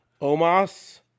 omas